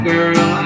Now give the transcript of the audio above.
Girl